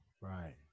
Right